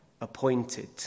appointed